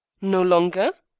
no longer?